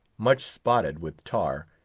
much spotted with tar,